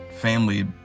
Family